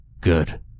Good